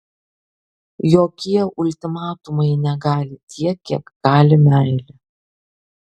jokie ultimatumai negali tiek kiek gali meilė